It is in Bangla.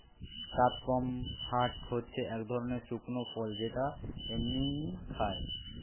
কাদপমহাট হচ্ছে এক ধরণের শুকনো ফল যেটা এমনিই খায়